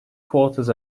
quarters